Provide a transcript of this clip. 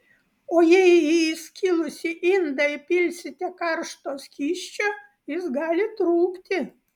o jei į įskilusį indą įpilsite karšto skysčio jis gali trūkti